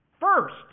first